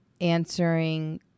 answering